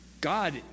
God